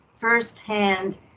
firsthand